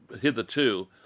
hitherto